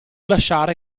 lasciare